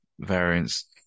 variance